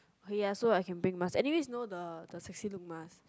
oh ya so I can bring mask anyway it's know the the Sexylook mask